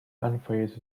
unfazed